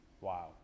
wow